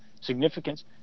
significance